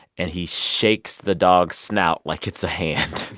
and he shakes the dog's snout like it's a hand.